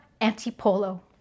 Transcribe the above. Antipolo